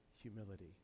humility